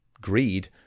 greed